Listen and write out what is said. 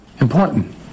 important